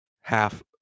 half